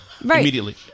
immediately